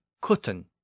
cotton